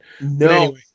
no